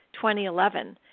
2011